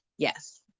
Yes